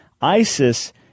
ISIS